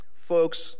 Folks